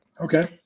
Okay